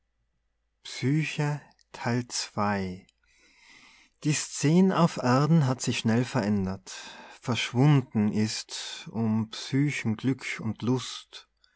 die scen auf erden hat sich schnell verändert verschwunden ist um psychen glück und lust